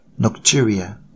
nocturia